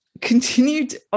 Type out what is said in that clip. continued